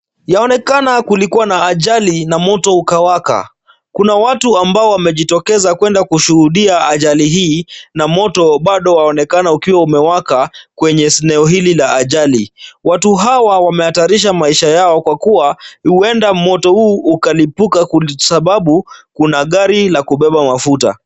Yaonekana kulikuwa na ajali na moto ukawaka kuna watu ambao wamejitokeza kuenda kushuhudia ajali hii na moto bado waonekana ukiwa umewaka kwenye eneo hili la ajali . Watu hawa wamehatarisha maisha yao kwa kuwa huenda moto huu ukalipuka kwa sababu kuna gari la kubeba mafuta .